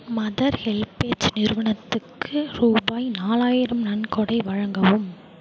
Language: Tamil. மதர் ஹெல்பேஜ் நிறுவனத்துக்கு ரூபாய் நாலாயிரம் நன்கொடை வழங்கவும்